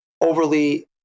overly